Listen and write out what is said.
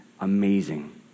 Amazing